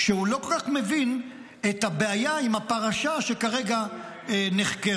שהוא לא כל כך מבין את הבעיה עם הפרשה שכרגע נחקרת.